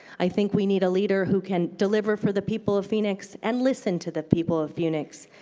i think we need a leader who can deliver for the people of phoenix and listen to the people of phoenix.